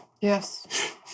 Yes